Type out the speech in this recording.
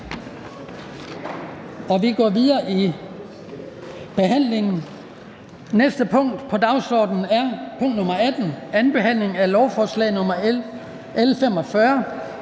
næste punkt på dagsordenen er: 18) 2. behandling af lovforslag nr. L 45: